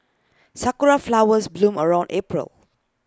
Sakura Flowers bloom around April